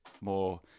more